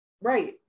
Right